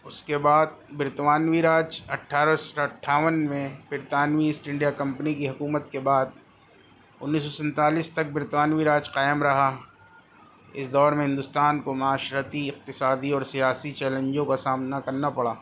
اس کے بعد برطانوی راج اٹھارہ سو اٹھاون میں برطانوی ایسٹ انڈیا کمپنی کی حکومت کے بعد انیس سو سینتالیس تک برطانوی راج قائم رہا اس دور میں ہندوستان کو معاشرتی اقتصادی اور سیاسی چیلنجوں کا سامنا کرنا پڑا